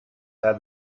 had